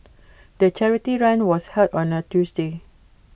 the charity run was held on A Tuesday